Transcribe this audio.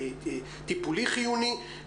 טיפולי חיוני,